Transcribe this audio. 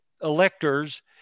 electors